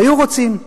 היו רוצים.